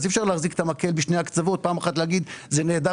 אי אפשר להחזיק המקל משני הקצוות ופעם אחת להגיד זה נהדר